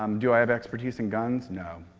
um do i have expertise in guns? no.